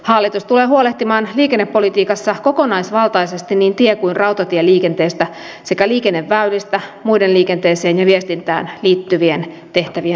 hallitus tulee huolehtimaan liikennepolitiikassa kokonaisvaltaisesti niin tie kuin rautatieliikenteestä sekä liikenneväylistä muiden liikenteeseen ja viestintään liittyvien tehtävien ohella